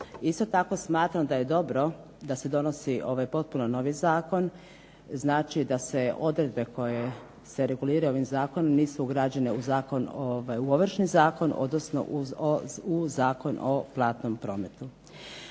Isto tako smatram da je dobro da se donosi ovaj potpuno novi zakon, znači da se odredbe koje se reguliraju ovim zakonom nisu ugrađene u Ovršni zakon, odnosno u Zakon o platnom prometu.